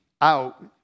out